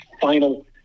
final